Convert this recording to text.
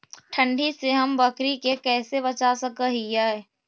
ठंडी से हम बकरी के कैसे बचा सक हिय?